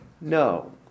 No